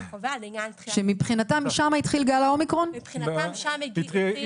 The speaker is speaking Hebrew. הקובע לעניין תחילת --- מבחינתם משם התחיל גל האומיקרון?